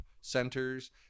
centers